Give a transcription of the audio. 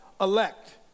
elect